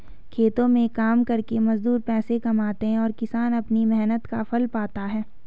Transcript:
खेतों में काम करके मजदूर पैसे कमाते हैं और किसान अपनी मेहनत का फल पाता है